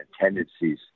tendencies